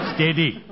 Steady